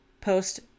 post